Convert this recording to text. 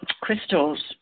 crystals